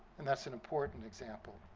and that's an important example.